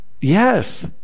Yes